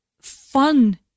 fun